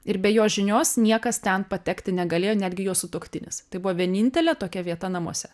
ir be jos žinios niekas ten patekti negalėjo netgi jos sutuoktinis tai buvo vienintelė tokia vieta namuose